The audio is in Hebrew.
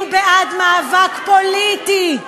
אנחנו בעד מאבק פוליטי,